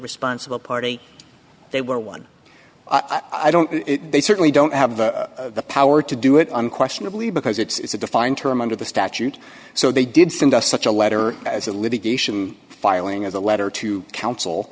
responsible party they were one i don't they certainly don't have the power to do it unquestionably because it it's a defined term under the statute so they did send us such a letter as the litigation filing as a letter to counsel